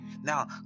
now